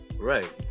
Right